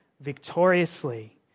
victoriously